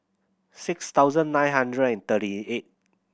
six thousand nine hundred and thirty eight